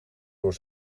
door